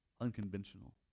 unconventional